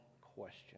question